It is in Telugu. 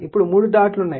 ఇప్పుడు 3 డాట్ లు ఉన్నాయి